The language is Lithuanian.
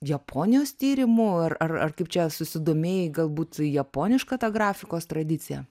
japonijos tyrimų ar ar kaip čia susidomėjai galbūt japoniška ta grafikos tradicija